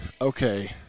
okay